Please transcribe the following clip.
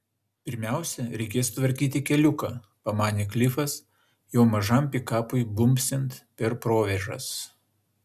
pirmiausia reikės sutvarkyti keliuką pamanė klifas jo mažam pikapui bumbsint per provėžas